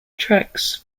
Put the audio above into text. tracks